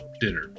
dinner